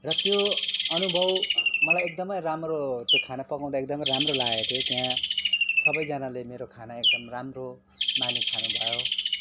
र त्यो अनुभव मलाई एकदमै राम्रो त्यो खाना पकाउँदा एकदमै राम्रो लागेको थियो त्यहाँ सबैजनाले मेरो खाना एकदम राम्रो मानि खानु भयो